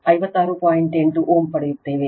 8 Ω ಪಡೆಯುತ್ತೇವೆ